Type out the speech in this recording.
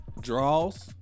draws